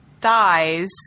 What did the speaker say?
thighs